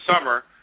summer